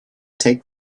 take